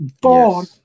born